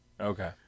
Okay